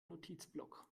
notizblock